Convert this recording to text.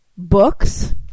books